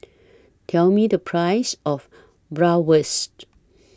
Tell Me The Price of Bratwurst